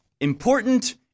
important